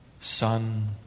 son